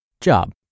Job